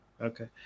Okay